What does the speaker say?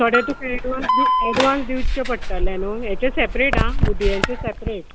थोडे तुका एडवान्स दिव एडवान्स दिवचे पडटले न्हू हेचे सॅपरेट आं मुदयेचे सॅपरेट